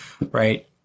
right